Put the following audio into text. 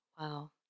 Wow